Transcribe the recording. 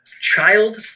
child